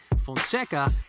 Fonseca